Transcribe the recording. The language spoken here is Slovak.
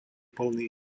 plný